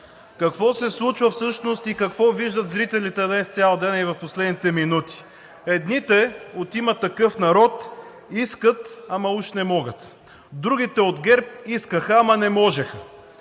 Какво се случва всъщност и какво виждат зрителите днес цял ден и в последните минути? Едните – от „Има такъв народ“, искат, ама уж не могат. Другите – от ГЕРБ, искаха, ама не можеха.